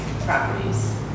properties